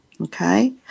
Okay